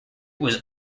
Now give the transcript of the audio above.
was